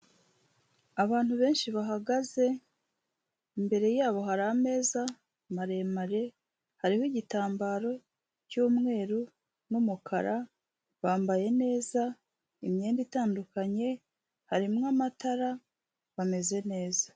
Abantu benshi bahagaze, imbere yabo hari ameza maremare, hariho igitambaro cy'umweru n'umukara, bambaye neza imyenda itandukanye, harimo amatara, bameze neza.